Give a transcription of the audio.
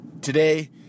Today